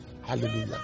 hallelujah